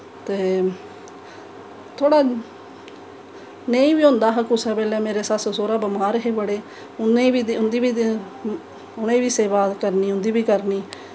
ते थोह्ड़ा नेईं बी होंदा हा कुसै बेल्लै मेरे सस्स सौह्रा बमार हे बड़े उ'नें ई बी उं'दी बी उ'नें ई बी सेवा करनी उं'दी बी करनी